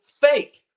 fake